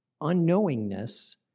unknowingness